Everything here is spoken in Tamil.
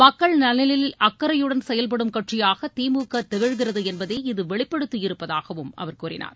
மக்கள் நலனில் அக்கறையுடன் செயல்படும் கட்சியாக திமுக திகழ்கிறது என்பதை இது வெளிப்படுத்தியிருப்பதாகவும் அவர் கூறினார்